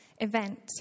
event